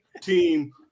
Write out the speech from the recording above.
team